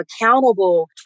accountable